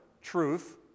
truth